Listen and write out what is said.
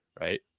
right